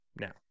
Now